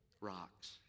Rocks